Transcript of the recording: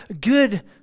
good